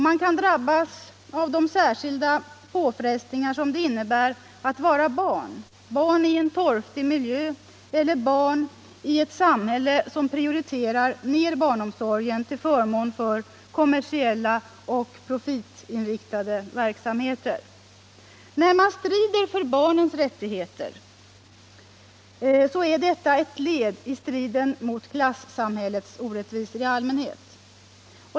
Man kan drabbas av de särskilda påfrestningar som det innebär att vara barn — barn i en torftig miljö eller barn i ett samhälle som prioriterar kommersiella och profitinriktade verksamheter på barnomsorgens bekostnad. När man strider för barnens rättigheter är det ett led i striden mot klassamhällets orättvisor i allmänhet.